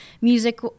music